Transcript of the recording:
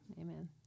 amen